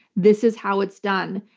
this is how it's done.